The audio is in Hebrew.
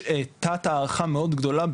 יש תת הערכה מאוד גדולה,